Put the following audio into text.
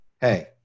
hey